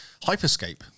Hyperscape